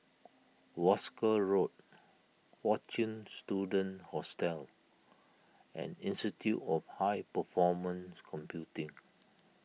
Wolskel Road fortune Students Hostel and Institute of High Performance Computing